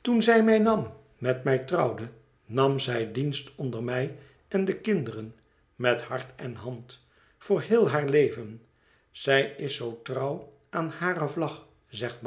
toen zij mij nam met mij trouwde nam zij dienst onder mij en de kinderen met hart en hand voor heel haar leven zij is zoo trouw aan hare vlag zegt